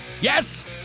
Yes